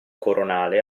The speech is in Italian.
coronale